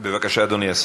בבקשה, אדוני השר.